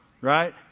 Right